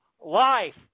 life